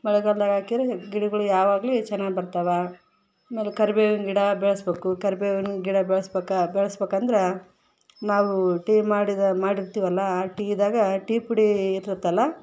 ಮಳೆಗಾಲ್ದಗೆ ಹಾಕಿರೆ ಗಿಡಗಳು ಯಾವಾಗ್ಲೂ ಚೆನ್ನಾಗ್ ಬರ್ತಾವೆ ಆಮೇಲೆ ಕರಿಬೇವಿನ ಗಿಡ ಬೆಳೆಸ್ಬೇಕು ಕರಿಬೇವಿನ್ ಗಿಡ ಬೆಳೆಸ್ಬೇಕಾ ಬೆಳೆಸ್ಬೇಕಂದರೆ ನಾವು ಟೀ ಮಾಡಿರೋ ಮಾಡಿರ್ತೀವಲ್ಲ ಆ ಟೀದಾಗ ಟೀ ಪುಡಿ ಇರುತ್ತಲ್ಲ